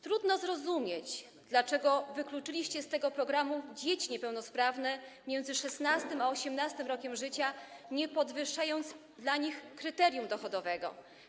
Trudno zrozumieć, dlaczego wykluczyliście z tego programu dzieci niepełnosprawne między 16. a 18. rokiem życia, nie podwyższając dla nich kryterium dochodowego.